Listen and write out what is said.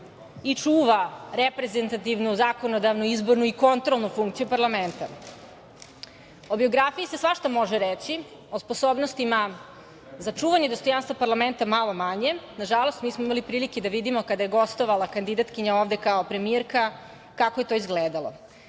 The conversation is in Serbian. i čuva reprezentativnu, zakonodavnu i izbornu i kontrolnu funkciju parlamenta. O biografiji se svašta može reći, o sposobnostima za čuvanje dostojanstva parlamenta malo manje, na žalost mi smo imali prilike da vidimo kada je gostovala kandidatkinja ovde kao premijerka, kako je to izgledalo. Pre